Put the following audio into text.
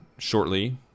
shortly